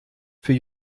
für